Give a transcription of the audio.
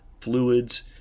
fluids